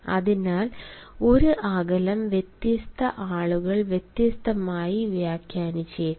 അതിനാൽ ഒരു അകലം വ്യത്യസ്ത ആളുകൾ വ്യത്യസ്തമായി വ്യാഖ്യാനിച്ചേക്കാം